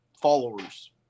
followers